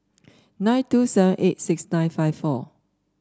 nine two seven eight six nine five four